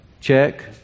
check